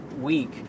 week